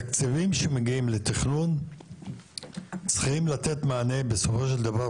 תקציבים שמגיעים לתכנון צריכים לתת מענה בסופו של דבר.